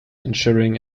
ensuring